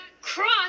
cross